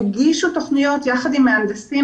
הגישו תוכניות יחד עם מהנדסים,